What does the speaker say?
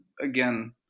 again